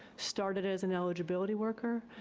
started as an eligibility worker,